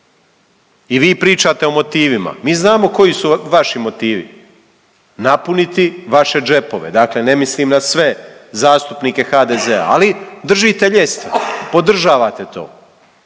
I vi pričate o motivima. Mi znamo koji su vaši motivi? Napuniti vaše džepove. Dakle, ne mislim na sve zastupnike HDZ-a ali držite ljestve, podržavate to.